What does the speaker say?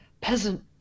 peasant